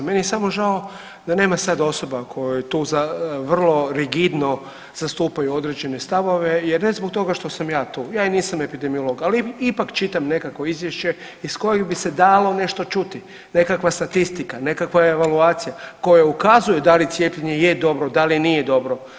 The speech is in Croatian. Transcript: Meni je samo žao da nema sad osoba koje tu vrlo rigidno zastupaju određene stavove jer ne zbog toga što sam ja tu, ja i nisam epidemiolog ali ipak čitam nekakvo izvješće iz kojeg bi se dalo nešto čuti, nekakva statistika, nekakva evaluacija koja ukazuje da li cijepljenje je dobro, da li nije dobro.